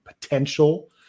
potential